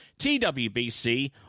TWBC